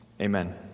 amen